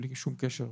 בלי שום קשר,